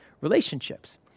relationships